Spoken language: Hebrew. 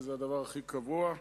שזה הדבר הכי קבוע.